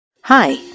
Hi